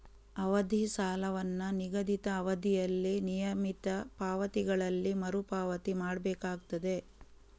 ಅವಧಿ ಸಾಲವನ್ನ ನಿಗದಿತ ಅವಧಿಯಲ್ಲಿ ನಿಯಮಿತ ಪಾವತಿಗಳಲ್ಲಿ ಮರು ಪಾವತಿ ಮಾಡ್ಬೇಕಾಗ್ತದೆ